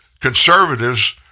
conservatives